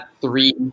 three